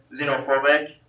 xenophobic